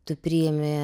tu priimi